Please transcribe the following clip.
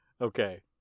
Okay